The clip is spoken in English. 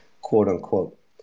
quote-unquote